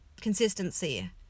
consistency